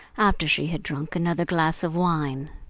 after she had drunk another glass of wine.